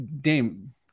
Dame